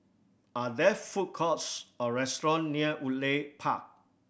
are there food courts or restaurant near Woodleigh Park